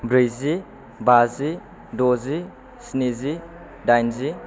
ब्रैजि बाजि दजि स्निजि दाइनजि